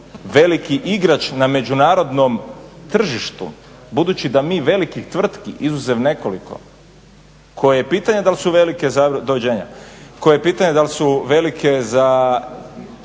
veliki igrač na međunarodnom tržištu budući da mi velikih tvrtki izuzev nekoliko koje je pitanje da li su velike za … …/Upadica: Doviđenja./… Koje je pitanje da li su velike za